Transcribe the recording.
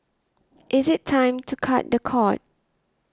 is it time to cut the cord